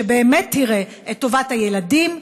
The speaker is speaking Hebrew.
שבאמת תראה את טובת הילדים,